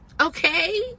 okay